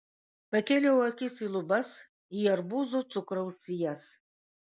pakėliau akis į lubas į arbūzų cukraus sijas